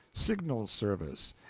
signal service,